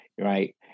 Right